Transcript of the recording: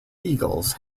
eagles